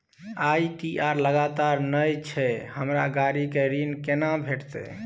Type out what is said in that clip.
ITR लगातार नय छै हमरा गाड़ी के ऋण केना भेटतै?